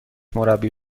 مربی